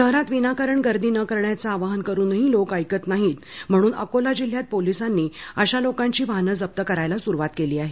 शहरात विनाकारण गर्दी करू नका असं सांगूनही लोक ऐकत नाहीत म्हणून आता अकोला जिल्ह्यात पोलीसांनी अशा लोकांची वाहनं जप करायला सुरूवात केली आहे